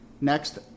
Next